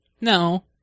No